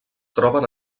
troben